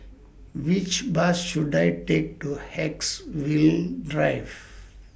Which Bus should I Take to Haigsville Drive